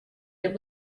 that